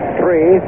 three